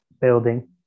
building